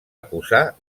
acusar